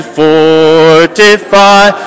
fortify